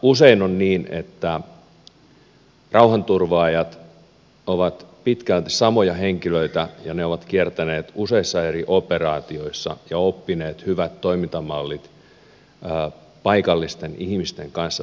usein on niin että rauhanturvaajat ovat pitkälti samoja henkilöitä ja he ovat kiertäneet useissa eri operaatioissa ja oppineet hyvät toimintamallit paikallisten ihmisten kanssa toimimisessa